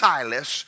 Silas